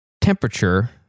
temperature